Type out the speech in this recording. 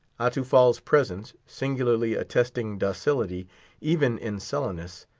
atufal's presence, singularly attesting docility even in sullenness,